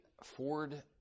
Ford